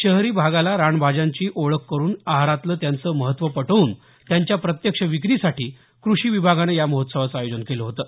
शहरी भागाला रानभाजांची ओळख करुन आहारातलं त्यांचं महत्व पटवून त्यांच्या प्रत्यक्ष विक्रीसाठी कृषी विभागानं या महोत्सवाचं आयोजन केलं होतं